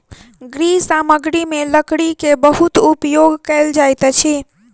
गृह सामग्री में लकड़ी के बहुत उपयोग कयल जाइत अछि